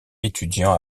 étudiant